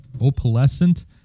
opalescent